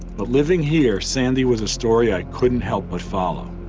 but living here, sandy was a story i couldn't help but follow.